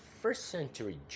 first-century